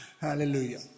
hallelujah